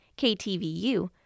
KTVU